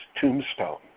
tombstone